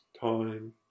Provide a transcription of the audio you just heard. time